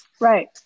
Right